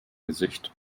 gesicht